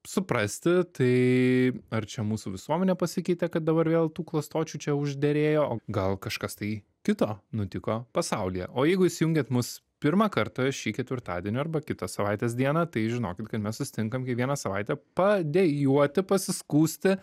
suprasti tai ar čia mūsų visuomenė pasikeitė kad dabar vėl tų klastočių čia užderėjo o gal kažkas tai kito nutiko pasaulyje o jeigu įsijungėt mus pirmą kartą šį ketvirtadienį arba kitą savaitės dieną tai žinokit kad mes susitinkam kiekvieną savaitę padejuoti pasiskųsti